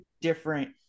different